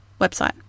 website